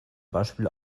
beispiel